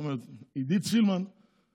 זאת אומרת, עידית סילמן מקבלת